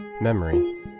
memory